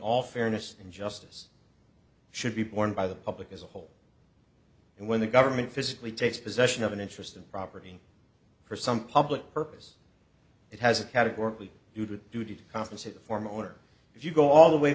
all fairness and justice should be borne by the public as a whole and when the government physically takes possession of an interest in property for some public purpose it has a categorically you did duty to compensate the former owner if you go all the way